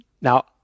Now